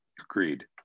agreed